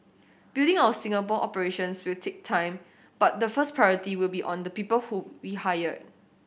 building our Singapore operations will take time but the first priority will be on the people who we hire